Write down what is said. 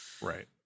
Right